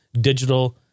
digital